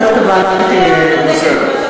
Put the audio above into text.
לא התכוונתי, זה בסדר.